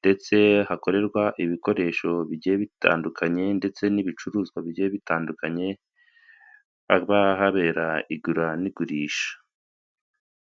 ndetse hakorerwa ibikoresho bigiye bitandukanye ndetse n'ibicuruzwa bigiye bitandukanye haba habera igura n'igurisha.